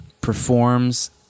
performs